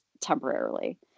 temporarily